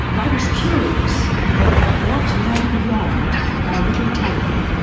i was curious about whatlay beyond our little town.